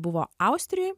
buvo austrijoj